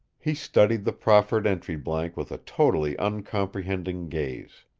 he studied the proffered entry blank with totally uncomprehending gaze.